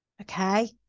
Okay